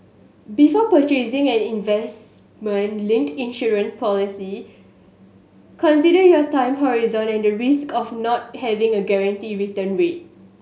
before purchasing an investment linked insurance policy consider your time horizon and the risk of not having a guaranteed return rate